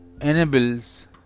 enables